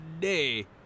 day